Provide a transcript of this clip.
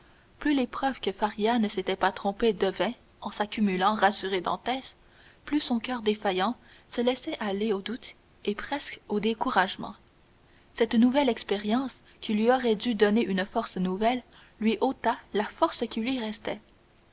plus les preuves que faria ne s'était pas trompé devaient en s'accumulant rassurer dantès plus son coeur défaillant se laissait aller au doute et presque au découragement cette nouvelle expérience qui aurait dû lui donner une force nouvelle lui ôta la force qui lui restait